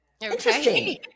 Interesting